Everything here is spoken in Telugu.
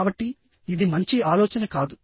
కాబట్టి ఇది మంచి ఆలోచన కాదు